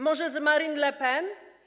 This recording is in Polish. Może z Marine le Pen?